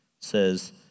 says